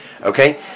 Okay